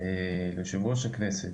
ליושב-ראש הכנסת